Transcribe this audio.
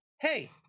hey